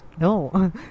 No